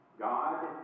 God